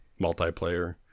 multiplayer